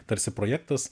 tarsi projektas